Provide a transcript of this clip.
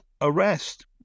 arrest